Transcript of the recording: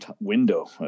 window